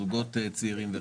בזוגות צעירים.